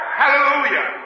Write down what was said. hallelujah